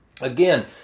again